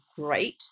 great